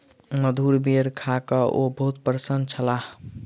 मधुर बेर खा कअ ओ बहुत प्रसन्न छलाह